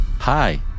Hi